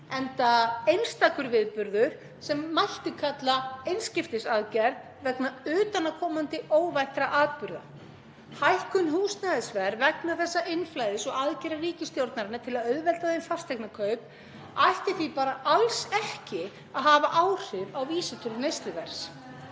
enda einstakur viðburður sem mætti kalla einskiptisaðgerð vegna utanaðkomandi óvæntra atburða. Hækkun húsnæðisverðs vegna þessa innflæðis og aðgerða ríkisstjórnarinnar til að auðvelda þeim fasteignakaup ætti ekki því alls ekki að hafa áhrif á vísitölu neysluverðs.